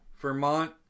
Vermont